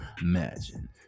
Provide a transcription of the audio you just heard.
Imagine